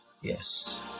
yes